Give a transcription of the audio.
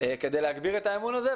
כדי להגביר את האמון הזה.